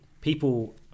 people